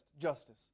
justice